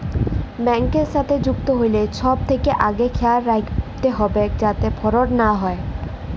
ব্যাংকের সাথে যুক্ত হ্যলে ছব থ্যাকে আগে খেয়াল রাইখবেক যাতে ফরড লা হ্যয়